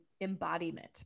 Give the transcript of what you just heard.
embodiment